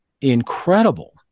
incredible